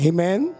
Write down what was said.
Amen